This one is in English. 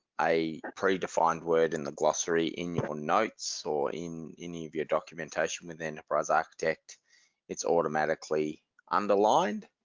a predefined word in the glossary in your notes or in any of your documentation with enterprise architect it's automatically underlined.